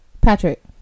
Patrick